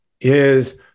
is-